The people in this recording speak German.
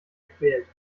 quält